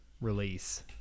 release